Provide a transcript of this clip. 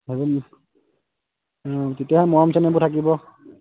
অঁ তেতিয়াহে মৰম চেনেহবোৰ থাকিব